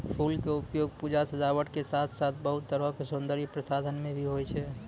फूल के उपयोग पूजा, सजावट के साथॅ साथॅ बहुत तरह के सौन्दर्य प्रसाधन मॅ भी होय छै